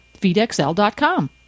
FeedXL.com